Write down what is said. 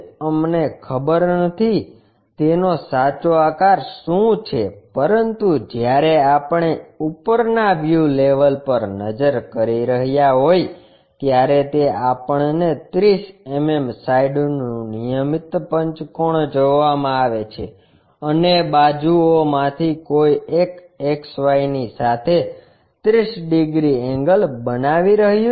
અમને ખબર નથી તેનો સાચો આકાર શું છે પરંતુ જ્યારે આપણે ઉપરના વ્યૂ લેવલ પર નજર કરી રહ્યા હોય ત્યારે તે આપણને 30 mm સાઇડનું નિયમિત પંચકોણ જોવામાં આવે છે અને બાજુઓમાંથી કોઈ એક XY ની સાથે 30 ડિગ્રી એન્ગલ બનાવી રહ્યું છે